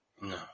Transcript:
No